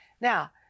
now